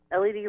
LED